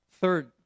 Third